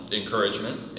encouragement